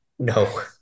No